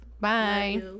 Bye